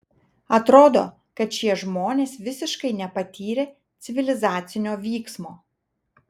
atrodo kad šie žmonės visiškai nepatyrę civilizacinio vyksmo